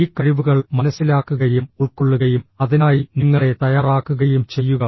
ഈ കഴിവുകൾ മനസിലാക്കുകയും ഉൾക്കൊള്ളുകയും അതിനായി നിങ്ങളെ തയ്യാറാക്കുകയും ചെയ്യുക